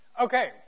Okay